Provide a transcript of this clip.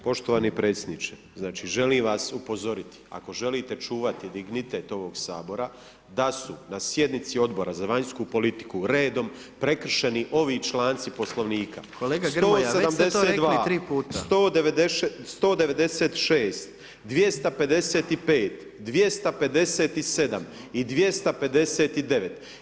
Poštovani predsjedniče, znači, želim vas upozoriti, ako želite čuvati dignitet ovog Sabora da su na sjednici Odbora za vanjsku politiku redom prekršeni ovi članci Poslovnika [[Upadica: Kolega Grmoja, već ste to rekli tri puta]] 172, 196, 255, 257 i 259.